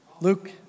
Luke